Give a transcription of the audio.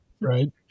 Right